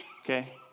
okay